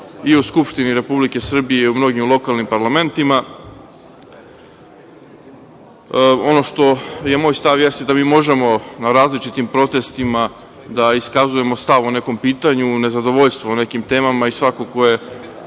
i u Skupštini Republike Srbije i u mnogim lokalnim parlamentima. Moj stav je da mi možemo na različitim protestima da iskazujemo stav o nekom pitanju, nezadovoljstvo u nekim temama i svako ko je